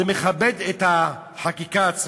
זה מכבד את החקיקה עצמה.